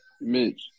Mitch